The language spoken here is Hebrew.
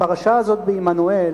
הפרשה הזאת בעמנואל,